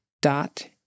dot